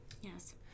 Yes